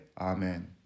Amen